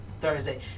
Thursday